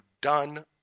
done